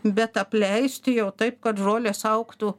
bet apleisti jau taip kad žolės augtų